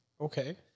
Okay